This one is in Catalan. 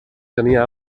tenia